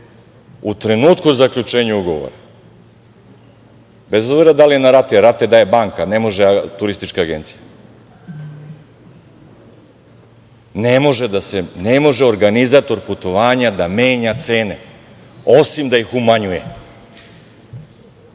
u trenutku zaključenja ugovora, bez obzira da li je na rate, jer rate daje banka ne može turistička agencija, ne može organizator putovanja da menja cene, osim da ih umanjuje,